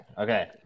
Okay